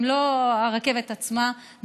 הם לא הרכבת עצמה,